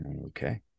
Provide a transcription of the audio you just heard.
okay